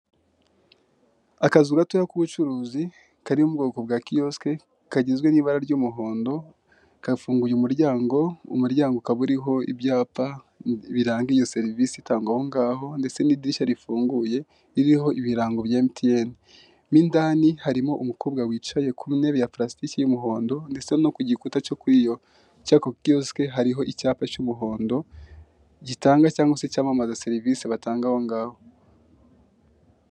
Akazu gatoya k'ubucuruzi kari mu bwoko bwa kiyosike, kagizwe n'ibara ry'umuhondo kafunguye umuryango, umuryango ukaba uriho ibyapa biranga iyo serivisi itangwa ahongaho, ndetse n'idirishya rifunguye ririho ibirango bya emutiyeni, mo indani harimo umukobwa wicaye ku ntebe ya plasitiki y'umuhondo, ndetse no ku gikuta cyo kuriyo cya ko gakiyosike, hariho icyapa cy'umuhondo gitanga cyangwa se cyamamaza serivisi batanga aho ngaho.